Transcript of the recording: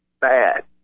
bad